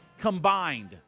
combined